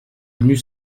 venus